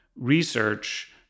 research